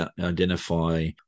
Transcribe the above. identify